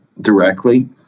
directly